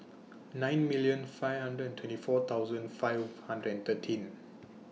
nine million five hundred and twenty four thousand five hundred and thirteen